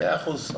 מאה אחוז.